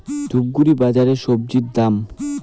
ধূপগুড়ি বাজারের স্বজি দাম?